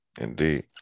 Indeed